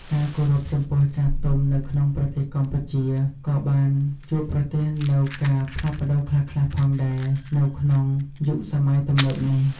ការគោរពចំពោះចាស់ទុំនៅក្នុងប្រទេសកម្ពុជាក៏បានជួបប្រទះនូវការផ្លាស់ប្តូរខ្លះៗផងដែរ នៅក្នុងយុគសម័យទំនើបនេះ។